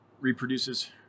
reproduces